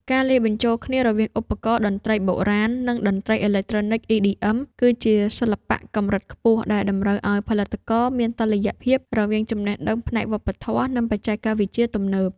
ការលាយបញ្ចូលគ្នារវាងឧបករណ៍តន្ត្រីបុរាណ និងតន្ត្រីអេឡិចត្រូនិក EDM គឺជាសិល្បៈកម្រិតខ្ពស់ដែលតម្រូវឱ្យផលិតករមានតុល្យភាពរវាងចំណេះដឹងផ្នែកវប្បធម៌ និងបច្ចេកវិទ្យាទំនើប។